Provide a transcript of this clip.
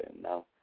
Now